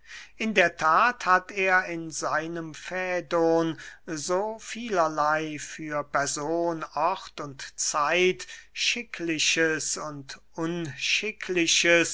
in der that hat er in seinem fädon so vielerley für person ort und zeit schickliches und unschickliches